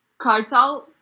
Kartal